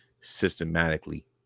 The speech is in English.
systematically